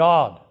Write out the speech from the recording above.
God